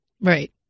Right